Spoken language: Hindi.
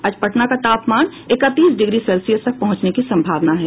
आज पटना का तापमान इकतीस डिग्री सेल्सियस तक पहुंचने की संभावना है